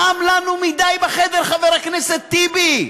חם לנו מדי בחדר, חבר הכנסת טיבי?